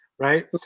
right